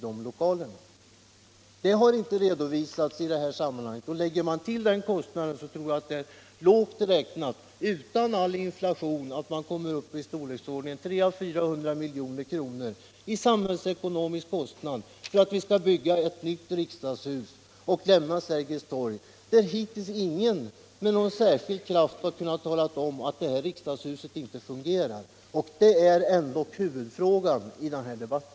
Detta har inte redovisats, och lägger man till den kostnaden kommer man lågt räknat och utan hänsyn till någon inflation upp i storleksordningen 300-400 milj.kr. i samhällsekonomisk kostnad. Det är vad det kostar att bygga ett nytt riksdagshus och lämna huset vid Sergels torg som hittills ingen med någon kraft har kunnat påstå inte fungerar, och det är ändock huvudfrågan i denna debatt.